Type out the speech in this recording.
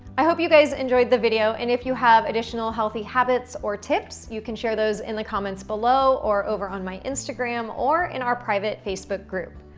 i hope you guys enjoyed the video, and if you have additional healthy habits or tips, you can share those in the comments below or over on my instagram or in our private facebook group.